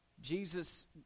Jesus